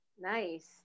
Nice